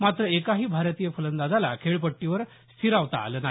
मात्र एकाही भारतीय फलंदाला खेळपट्टीवर स्थिरावता आलं नाही